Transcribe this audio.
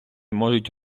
можуть